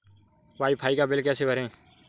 Wi fi का bill कैसे भरें?